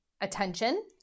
attention